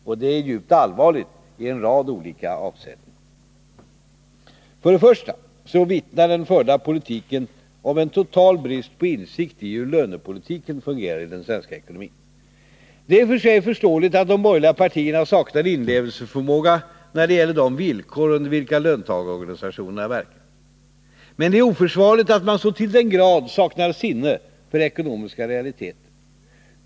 Och det är djupt allvarligt i en rad olika avseenden. För det första vittnar den förda politiken om en total brist på insikt i hur lönebildningen fungerar i den svenska ekonomin. Det är i och för sig förståeligt att de borgerliga partierna saknar inlevelseförmåga när det gäller de villkor under vilka löntagarorganisationerna verkar. Men det är oförsvarligt att man så till den grad saknar sinne för ekonomiska realiteter.